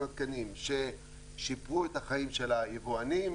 התקנים ששיפרו את החיים של היבואנים,